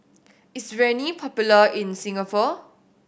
is Rene popular in Singapore